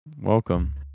welcome